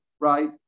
right